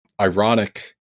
ironic